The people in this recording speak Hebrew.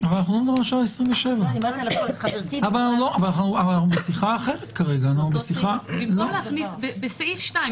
אבל אנחנו לא מדברים על 27. בסעיף 2,